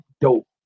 dope